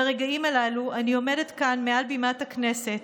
ברגעים הללו אני עומדת כאן מעל בימת הכנסת,